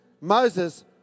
Moses